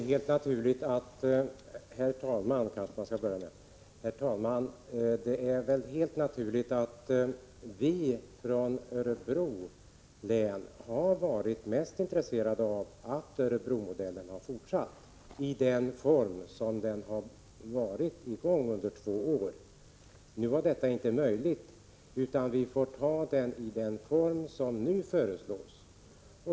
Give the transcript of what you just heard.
Herr talman! Det är helt naturligt att vi från Örebro län var intresserade av att Örebromodellen skulle få fortsätta i den form den haft under två år. Nu var detta inte möjligt, utan vi får acceptera den form som nu föreslås.